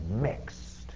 mixed